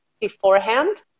beforehand